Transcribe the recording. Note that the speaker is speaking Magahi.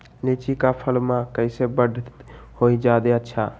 लिचि क फल म कईसे बढ़त होई जादे अच्छा?